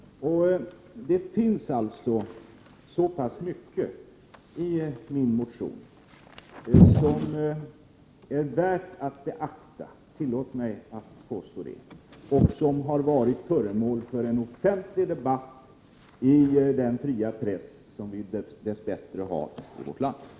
Det finns alltså så pass mycket i min motion som är värt att beakta — tillåt mig att påstå det — och som har varit föremål för en offentlig debatt i den fria press som vi dess bättre har i vårt land.